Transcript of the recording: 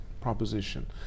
proposition